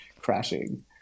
crashing